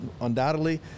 undoubtedly